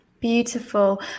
Beautiful